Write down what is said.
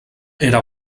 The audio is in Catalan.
era